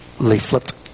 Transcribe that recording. leaflet